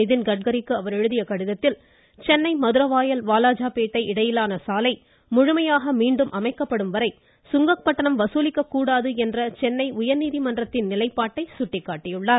நிதின்கட்கரிக்கு அவர் எழுதிய கடிதத்தில் சென்னை மதுரவாயல் வாலாஜாப்பேட்டை இடையிலான சாலை முழுமையாக மீண்டும் அமைக்கப்படும் வரை சுங்கக் கட்டணம் வசூலிக்கப்பட கூடாது என்ற சென்னை உயர்நீதிமன்றத்தின் நிலைப்பாட்டை சுட்டிக்காட்டியுள்ளார்